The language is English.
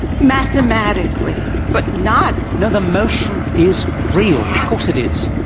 mathematically. but not. no, the motion is real. of course it is.